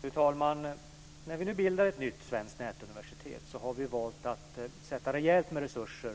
Fru talman! När vi nu bildar ett nytt svenskt nätuniversitet har vi valt att för nästa år avsätta rejält med resurser